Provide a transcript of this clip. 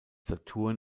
saturn